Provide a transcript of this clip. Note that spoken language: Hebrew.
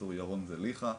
פרופסור ירון זליכה,